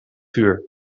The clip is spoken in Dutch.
vuur